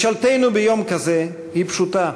משאלתנו ביום הזה היא פשוטה: